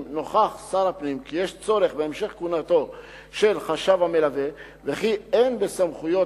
אם נוכח שר הפנים כי יש צורך בהמשך כהונתו של החשב המלווה וכי אין בסמכויות